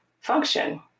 function